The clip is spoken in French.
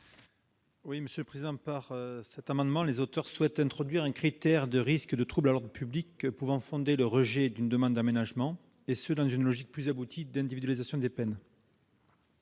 Les auteurs de cet amendement souhaitent introduire un critère de risque de trouble à l'ordre public pouvant fonder le rejet d'une demande d'aménagement, dans une logique plus aboutie d'individualisation des peines.